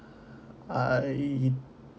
I